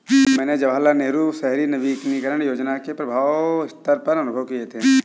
मैंने जवाहरलाल नेहरू शहरी नवीनकरण योजना के प्रभाव व्यापक सत्तर पर अनुभव किये थे